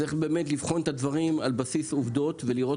צריך באמת לבחון את הדברים על בסיס עובדות ולראות